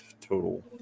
total